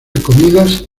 comidas